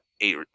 eight